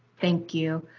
thank you.